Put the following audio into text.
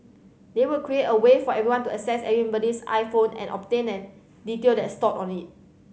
they would create a way for anyone to access anybody's iPhone and obtain an detail that's stored on it